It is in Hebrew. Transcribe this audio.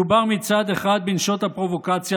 מדובר מצד אחד בנשות הפרובוקציה,